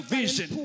vision